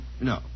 No